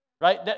Right